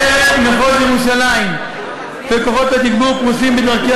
משטרת מחוז ירושלים וכוחות התגבור פרוסים בדרכי